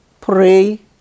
pray